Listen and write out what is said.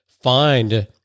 find